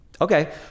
Okay